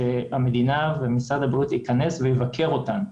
שהמדינה ומשרד הבריאות ייכנסו ויבקרו אותנו.